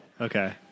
Okay